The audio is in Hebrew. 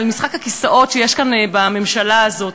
על משחק הכיסאות שיש כאן בממשלה הזו.